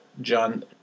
John